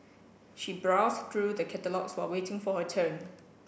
she browsed through the catalogues while waiting for her turn